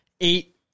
eight